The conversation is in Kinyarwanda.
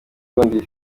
ubundi